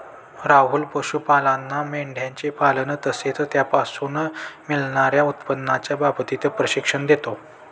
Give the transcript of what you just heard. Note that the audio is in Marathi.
राहुल पशुपालांना मेंढयांचे पालन तसेच त्यापासून मिळणार्या उत्पन्नाच्या बाबतीत प्रशिक्षण देतो